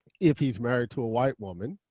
if he's married to a white woman?